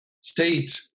state